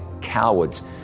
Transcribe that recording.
cowards